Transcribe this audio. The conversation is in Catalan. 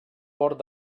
port